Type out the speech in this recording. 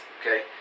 okay